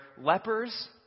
lepers